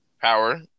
power